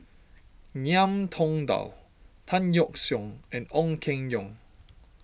Ngiam Tong Dow Tan Yeok Seong and Ong Keng Yong